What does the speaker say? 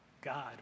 God